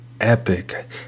epic